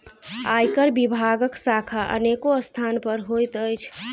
आयकर विभागक शाखा अनेको स्थान पर होइत अछि